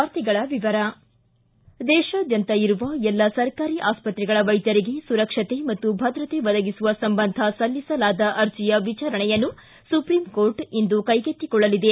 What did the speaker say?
ವಾರ್ತೆಗಳ ವಿವರ ದೇಶಾದ್ಯಂತ ಇರುವ ಎಲ್ಲ ಸರ್ಕಾರಿ ಆಸ್ಪತ್ರೆಗಳ ವೈದ್ಯರಿಗೆ ಸುರಕ್ಷತೆ ಮತ್ತು ಭರ್ರತೆ ಒದಗಿಸುವ ಸಂಬಂಧ ಸಲ್ಲಿಸಲಾದ ಅರ್ಜಿಯ ವಿಚಾರಣೆಯನ್ನು ಸುಪ್ರೀಂ ಕೋರ್ಟ್ ಇಂದು ಕೈಗೆತ್ತಿಕೊಳ್ಳಲಿದೆ